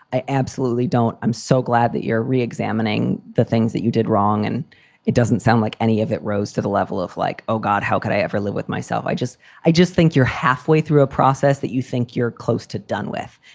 i absolutely don't. i'm so glad that you're reexamining the things that you did wrong. and it doesn't sound like any of it rose to the level of like, oh, god, how could i ever live with myself? i just i just think you're halfway through a process that you think you're close to done with.